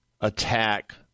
attack